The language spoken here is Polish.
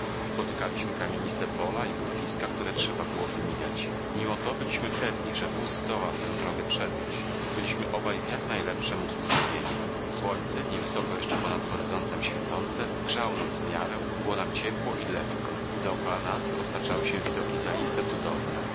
spotykaliśmy kamieniste pola i urwiska które trzeba było wymijać mimo to byliśmy pewni że wóz zdoła tę drogę przebyć byliśmy obaj w jak najlepszem usposobieniu słońce nie wysoko jeszcze ponad horyzontem świecące grzało nas w miarę było nam ciepło i lekko dookoła nas roztaczały się widoki zaiste cudowne